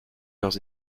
leurs